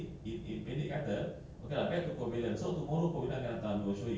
abeh main cakap jer nanti kita prepare lepas tu